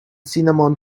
cinnamon